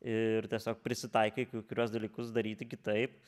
ir tiesiog prisitaikė kai kuriuos dalykus daryti kitaip